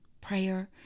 prayer